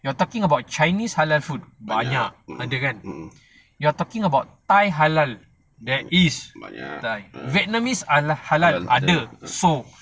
you are talking about chinese halal food banyak ada kan you're talking about thai halal there is thai vietnamese are halal ada so